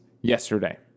yesterday